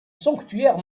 sanctuaires